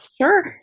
Sure